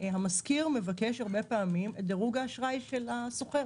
המשכיר מבקש הרבה פעמים את דירוג האשראי של השוכר